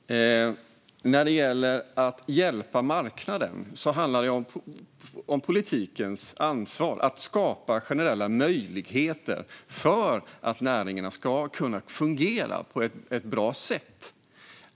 Herr talman! När det gäller att hjälpa marknaden handlar det om politikens ansvar för att skapa generella möjligheter för att näringarna ska kunna fungera på ett bra sätt.